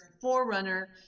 forerunner